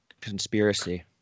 conspiracy